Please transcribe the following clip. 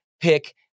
pick